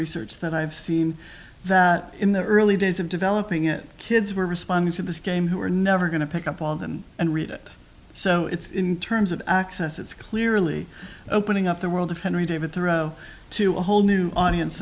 research that i have seen that in the early days of developing it kids were responding to this game who were never going to pick up all of them and read it so it's in terms of access it's clearly opening up the world of henry david thoreau to a whole new audience